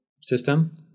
system